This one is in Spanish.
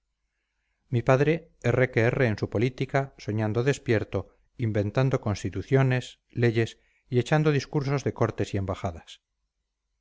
mi padre erre que erre en su política soñando despierto inventando constituciones leyes y echando discursos de cortes y embajadas